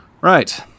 right